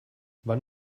wann